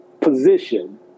position